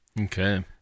Okay